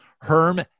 Herm